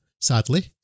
Sadly